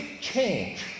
change